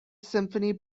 symphony